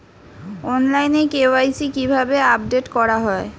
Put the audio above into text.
অনলাইনে কে.ওয়াই.সি কিভাবে আপডেট করা হয়?